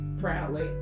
proudly